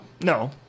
No